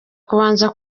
kubanza